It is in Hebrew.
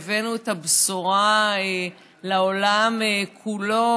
והבאנו את הבשורה לעולם כולו,